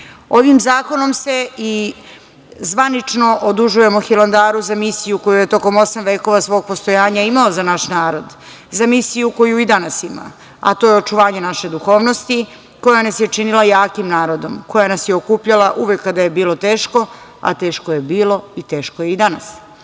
zakonom se i zvanično odužujemo Hilandaru za misiju koja je tokom 8. vekova svog postojanja imao za naš narod, za misiju koju i danas ima, a to je očuvanje naše duhovnosti koja nas je činila jakim narodom, koja nas je okupljala uvek kada je bilo teško, a teško je bilo i teško je i danas. Mi